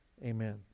Amen